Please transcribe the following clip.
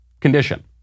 condition